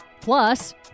Plus